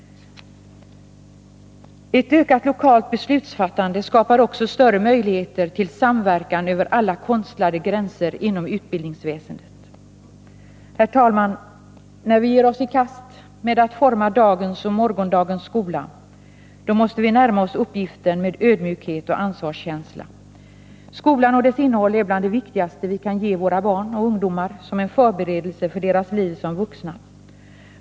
Ett ökat lokalt beslutsfattande skapar också större möjligheter till samverkan över alla konstlade gränser inom utbildningsväsendet. Herr talman! När vi ger oss i kast med att utforma dagens och morgondagens skola, då måste vi närma oss uppgiften med ödmjukhet och ansvarskänsla. Skolan och dess innehåll är bland det viktigaste vi kan ge våra barn och ungdomar som en förberedelse för deras liv som vuxna.